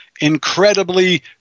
incredibly